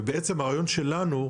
הרעיון שלנו,